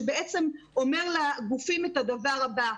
שאומר לגופים את הדבר הבא: